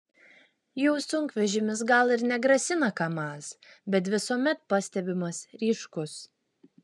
jų sunkvežimis gal ir negrasina kamaz bet visuomet pastebimas ryškus